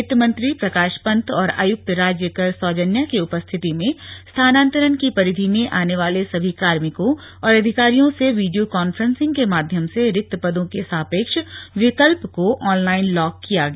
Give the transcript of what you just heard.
वित्त मंत्री प्रकाश पंत और आयुक्त राज्य कर सौजन्या की उपस्थिति में स्थानांतरण की परिधि में आने वाले सभी कार्मिकों और अधिकारियों से वीडियो कांफ्रेन्सिंग के माध्यम से रिक्त पदों के सापेक्ष विकल्प को ऑनलाईन लॉक किया गया